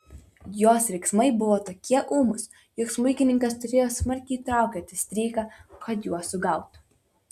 jos riksmai buvo tokie ūmūs jog smuikininkas turėjo smarkiai traukioti stryką kad juos sugautų